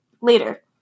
later